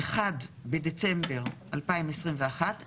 1 בדצמבר 2021,